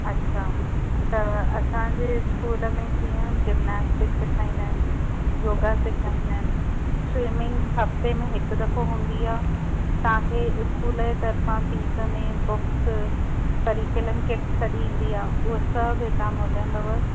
अच्छा त असांजे स्कूल में कीअं जिमनास्टि सिखाईंदा आहिनि योगा सिखाईंदा आहिनि स्वीमिंग हफ़्ते में हिकु दफ़ो हूंदी आहे तव्हांखे स्कूल जे तर्फ़ा फीस में बुक्स करिकुलम किट सॼी ईंदी आहे उहा सभु हितां मिलंदव